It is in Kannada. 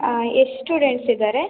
ಹಾಂ ಎಷ್ಟು ಷ್ಟೂಡೆಂಟ್ಸ್ ಇದ್ದಾರೆ